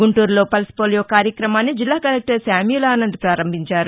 గుంటూరులో పల్స్పోలియో కార్యక్రమాన్ని జిల్లా కలెక్టర్ శామ్యూల్ ఆనంద్ పారంభించారు